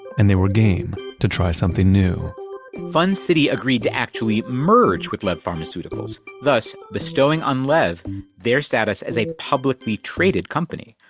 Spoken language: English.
and they were game to try something new fun city agreed to actually merge with lev pharmaceuticals, thus bestowing on lev their status as a publicly-traded company.